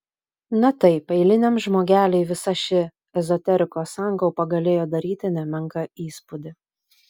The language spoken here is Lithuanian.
na taip eiliniam žmogeliui visa ši ezoterikos sankaupa galėjo daryti nemenką įspūdį